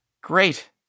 great